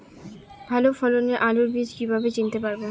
ভালো ফলনের আলু বীজ কীভাবে চিনতে পারবো?